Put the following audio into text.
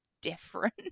different